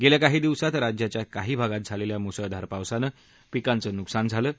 गेल्या काही दिवसांत राज्याच्या काही भागात झालेल्या मुसळधार पावसाने पिकांचं नुकसान झालं आहे